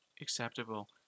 acceptable